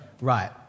Right